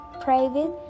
private